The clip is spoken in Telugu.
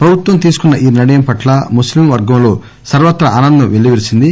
ప్రభుత్వం తీసుకున్న ఈ నిర్ణయం పట్ల ముస్లిం వర్గంలో సర్పత్రా ఆనందం పెల్లువిరిసింది